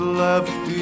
left